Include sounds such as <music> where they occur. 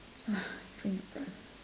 <breath>